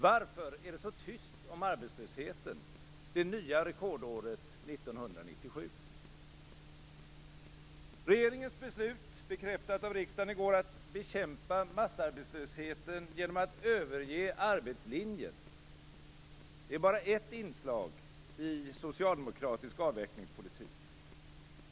Varför är det så tyst om arbetslösheten det nya rekordåret Regeringens beslut, bekräftat av riksdagen i går, att bekämpa massarbetslösheten genom att överge arbetslinjen är bara ett inslag i socialdemokratisk avvecklingspolitik.